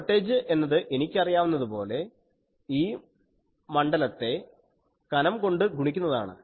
voltage എന്നത് എനിക്കറിയുന്നത് പോലെ e മണ്ഡലത്തെ കനം കൊണ്ട് ഗുണിക്കുന്നതാണ്